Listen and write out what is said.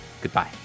Goodbye